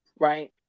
Right